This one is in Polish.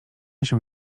się